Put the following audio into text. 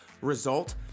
result